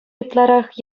ытларах